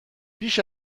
بیش